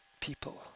People